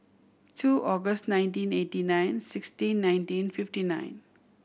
two August nineteen eighty nine sixteen nineteen fifty nine